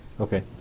Okay